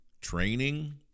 training